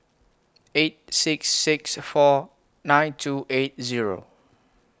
eight six six four nine two eight Zero